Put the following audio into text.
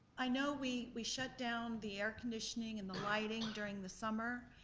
i know we we shut down the air conditioning and the lighting during the summer.